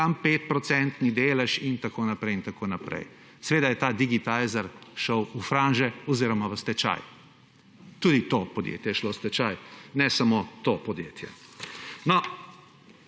dam 5 procentni delež…«, in tako naprej in tako naprej… Seveda je ta Digitizer šel v franže oziroma v stečaj. Tudi to podjetje je šlo v stečaj, ne samo to podjetje.